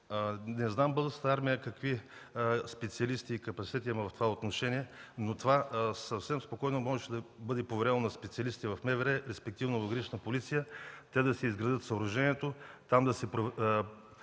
Не знам Българската армия какви специалисти и капацитет има в това отношение, но съвсем спокойно това можеше да бъде поверено на специалистите в МВР, респективно Гранична полиция – те да изградят съоръжението, там да се